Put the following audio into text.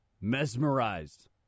Mesmerized